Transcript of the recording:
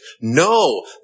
No